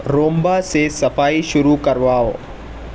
رومبا سے صفائی شروع کرواؤ